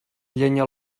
llenya